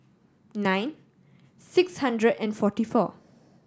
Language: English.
nine six hundred and forty four